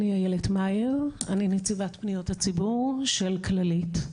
אני נציבת פניות הציבור של כללית,